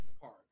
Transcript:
park